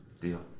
Deal